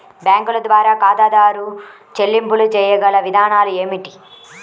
బ్యాంకుల ద్వారా ఖాతాదారు చెల్లింపులు చేయగల విధానాలు ఏమిటి?